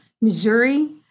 Missouri